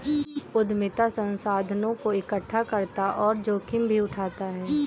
उद्यमिता संसाधनों को एकठ्ठा करता और जोखिम भी उठाता है